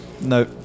No